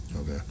Okay